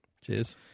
Cheers